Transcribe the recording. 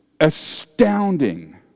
astounding